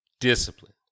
Discipline